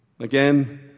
Again